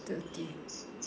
thirty